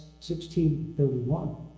16.31